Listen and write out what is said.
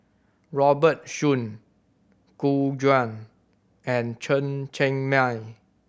Robert Soon Gu Juan and Chen Cheng Mei